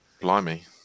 Blimey